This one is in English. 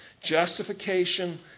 Justification